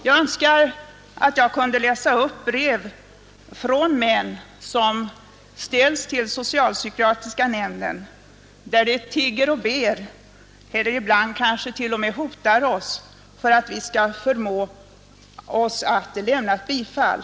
Jag önskar att jag kunde läsa upp brev till socialpsykiatriska nämnden, i vilka män tigger och ber — ibland t.o.m. hotar — för att förmå oss att lämna ett bifall.